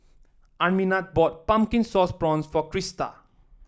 Arminta bought Pumpkin Sauce Prawns for Krista